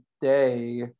day